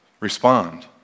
respond